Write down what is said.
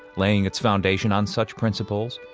laying its foundation on such principles,